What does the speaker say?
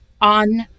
on